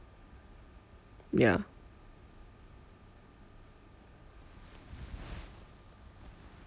ya